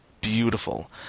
beautiful